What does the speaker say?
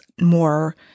more